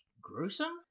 gruesome